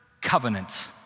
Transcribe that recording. covenant